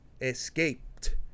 escaped